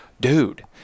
dude